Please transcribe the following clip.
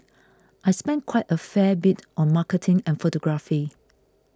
I spend quite a fair bit on marketing and photography